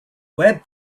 web